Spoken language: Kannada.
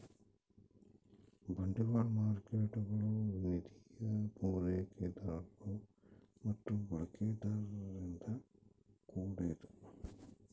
ಬಂಡವಾಳ ಮಾರ್ಕೇಟ್ಗುಳು ನಿಧಿಯ ಪೂರೈಕೆದಾರರು ಮತ್ತು ಬಳಕೆದಾರರಿಂದ ಕೂಡ್ಯದ